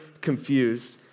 confused